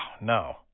no